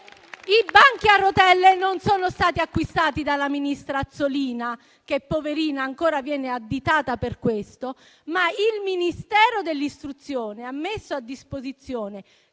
i banchi a rotelle non sono stati acquistati dalla ministra Azzolina, che - poverina - ancora viene additata per questo. Il Ministero dell'istruzione ha messo a disposizione